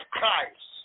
Christ